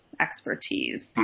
expertise